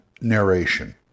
narration